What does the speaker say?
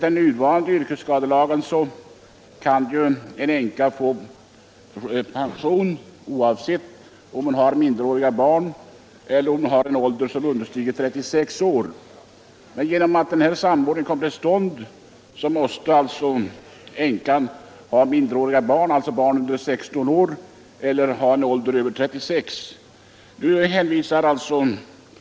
Den nuvarande yrkesskadelagen ger en änka möjlighet att få pension, men efter det att samordningen har kommit till stånd måste änkan ha minderåriga barn, alltså barn under 16 år, eller vara över 36 år för att kunna få pension.